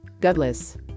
gutless